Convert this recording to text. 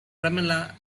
pamela